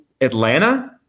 Atlanta